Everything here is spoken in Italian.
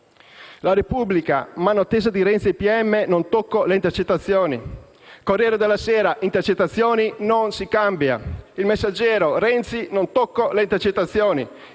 «la Repubblica»: «Mano tesa di Renzi ai PM: non tocco le intercettazioni»; «Corriere della Sera»: «Intercettazioni, non si cambia»; «Il Messaggero»: «Renzi: non tocco le intercettazioni»;